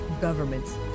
governments